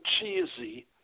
cheesy